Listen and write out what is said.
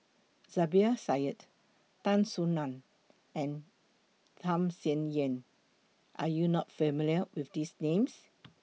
Zubir Said Tan Soo NAN and Tham Sien Yen Are YOU not familiar with These Names